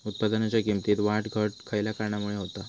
उत्पादनाच्या किमतीत वाढ घट खयल्या कारणामुळे होता?